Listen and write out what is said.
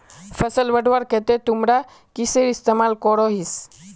फसल बढ़वार केते तुमरा किसेर इस्तेमाल करोहिस?